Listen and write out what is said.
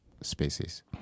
spaces